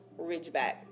Ridgeback